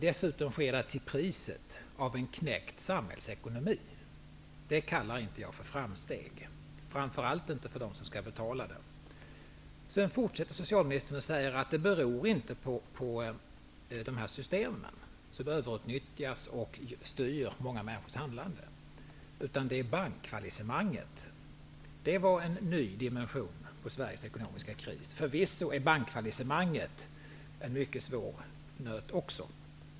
Dessutom har detta skett till priset av en knäckt samhällsekonomi. Detta kallar jag inte för framsteg -- framför allt inte för dem som skall betala det. Sedan fortsätter socialministern och säger att detta inte beror på de här systemen, som överut nyttjas och styr många människors handlande, utan på bankfallissemanget. Det var en ny dimen sion på Sveriges ekonomiska kris. Förvisso är bankfallissemanget också en mycket svår nöt.